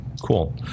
Cool